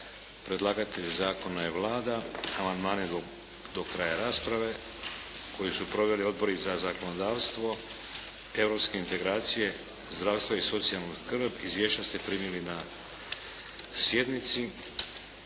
Predlagatelj zakona je Vlada. Amandmani do kraja rasprave koju su proveli Odbori za zakonodavstvo, europske integracije, zdravstvo i socijalnu skrb. Izvješća ste primili na sjednici.